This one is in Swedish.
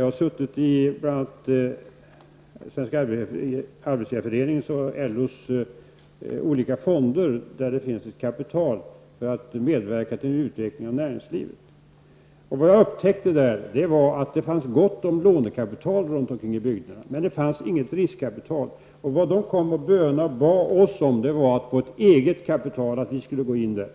Jag har bl.a. suttit i Svenska arbetsgivareföreningens och LOs olika fonder där det finns ett kapital som skall medverka till att utveckla näringslivet. Då upptäckte jag att det fanns gott om lånekapital runt om bygderna, men det fanns inget riskkapital. Man bönade och bad oss om att få ett eget kapital och att vi skulle gå in där.